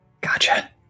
Gotcha